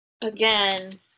again